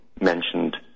mentioned